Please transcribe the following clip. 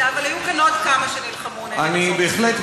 אבל היו פה עוד כמה שנלחמו נגד החוק הזה.